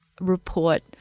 report